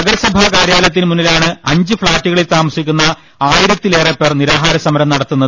നഗരസഭാ കാര്യാലയത്തിന് മുന്നിലാണ് അഞ്ച് ഫ്ളാറ്റുകളിൽ താമസിക്കുന്ന ആയിർത്തിലേറെ പേർ നിരാഹാര സമരം നടത്തുന്നത്